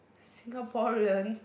Singaporean